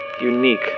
unique